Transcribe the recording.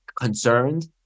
concerned